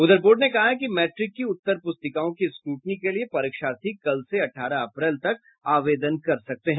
उधर बोर्ड ने कहा है कि मैट्रिक की उत्तर पुस्तिकाओं की स्क्रूटनी के लिए परीक्षार्थी कल से अठारह अप्रैल तक आवेदन कर सकते हैं